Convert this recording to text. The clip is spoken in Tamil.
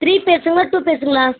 த்ரீ பேஸுங்களா டூ பேஸுங்களா